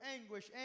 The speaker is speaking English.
anguish